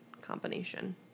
combination